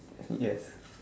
yes